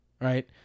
right